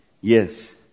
Yes